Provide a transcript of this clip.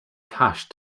cash